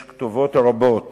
יש כתובות רבות